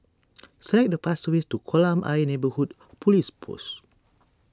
select the fastest way to Kolam Ayer Neighbourhood Police Post